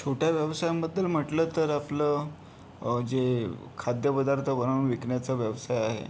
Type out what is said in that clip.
छोट्या व्यवसायांबद्दल म्हटलं तर आपलं जे खाद्यपदार्थ बनवून विकण्याचा व्यवसाय आहे